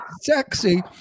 sexy